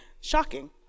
shocking